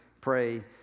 pray